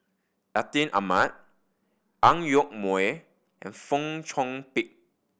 Atin Amat Ang Yoke Mooi and Fong Chong Pik